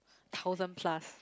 thousand plus